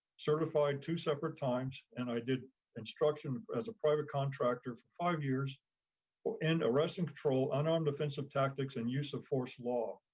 certified two separate times and i did instruction as a private contractor for five years in arresting patrol, unarmed defensive tactics and use of force law.